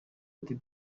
ati